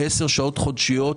10 שעות חודשיות,